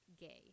gay